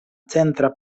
centra